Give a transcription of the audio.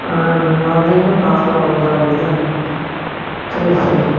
நீங்கள் வந்திங்கன்னால் பார்க்கலாம் கொஞ்சம் அதுக்கு தான் சரி சரி